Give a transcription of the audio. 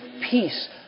peace